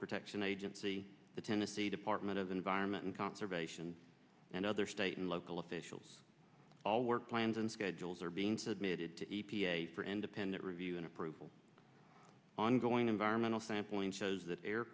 protection agency the tennessee department of environment and conservation and other state and local officials all work plans and schedules are being submitted to the e p a for independent review and approval ongoing environmental sampling shows that air